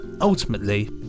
ultimately